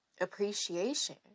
appreciation